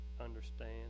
understand